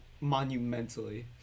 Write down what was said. monumentally